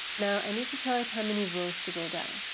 now i need to tell it how many rows to go down.